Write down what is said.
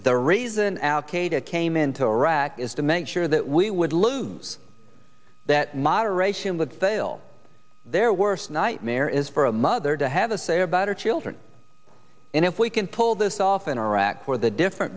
the reason al qaeda came into iraq is to make sure that we would lose that moderation would fail their worst nightmare is for a mother to have a say about her children and if we can pull this off in iraq where the different